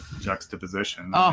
juxtaposition